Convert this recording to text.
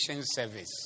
service